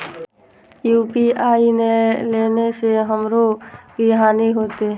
UPI ने लेने से हमरो की हानि होते?